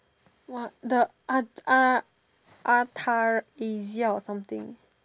!wah! the ar~ ar~ Artariza or something